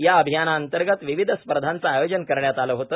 या अभियानांतर्गत विविध स्पर्धांचे आयोजन करण्यात आले होते